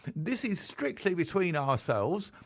this is strictly between ourselves.